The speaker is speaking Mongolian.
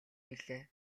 билээ